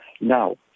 Now